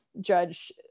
judge